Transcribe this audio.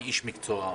כאיש מקצוע.